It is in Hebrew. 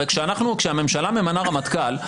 הרי כשהממשלה ממנה רמטכ"ל,